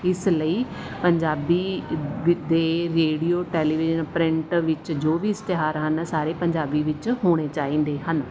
ਇਸ ਲਈ ਪੰਜਾਬੀ ਦੇ ਰੇਡੀਓ ਟੈਲੀਵਿਜ਼ਨ ਪ੍ਰਿੰਟ ਵਿੱਚ ਜੋ ਵੀ ਇਸ਼ਤਿਹਾਰ ਹਨ ਸਾਰੇ ਪੰਜਾਬੀ ਵਿੱਚ ਹੋਣੇ ਚਾਹੀਦੇ ਹਨ